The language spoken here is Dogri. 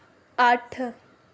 अट्ठ